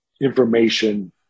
information